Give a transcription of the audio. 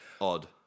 Odd